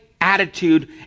attitude